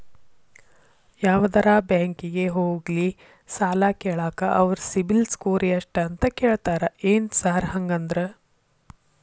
ಯಾವದರಾ ಬ್ಯಾಂಕಿಗೆ ಹೋಗ್ಲಿ ಸಾಲ ಕೇಳಾಕ ಅವ್ರ್ ಸಿಬಿಲ್ ಸ್ಕೋರ್ ಎಷ್ಟ ಅಂತಾ ಕೇಳ್ತಾರ ಏನ್ ಸಾರ್ ಹಂಗಂದ್ರ?